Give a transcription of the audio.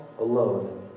alone